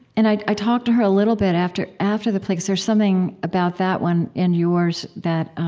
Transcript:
and i i talked to her a little bit after after the play there's something about that one and yours that